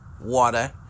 water